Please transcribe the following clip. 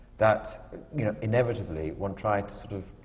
that you know inevitably one tried to sort of